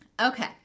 Okay